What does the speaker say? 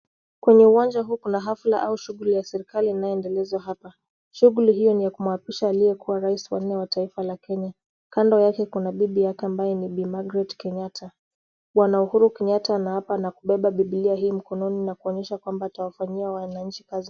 Kwenye uwanja huu kuna hafla au shuguli ya serekali inayoendelezwa hapa. Shughuli hiyo ni ya kumuapisha aliyekua rais wa nne wa taifa la Kenya. Kando yake kuna bibi yake ambaye ni Bi. Magret Kenyatta. Bwana Uhuru Kenyatta anaapa na kubeba biblia hii mkononi na kuonyesha kwamba atawafanyia wanachi kazi.